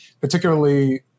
particularly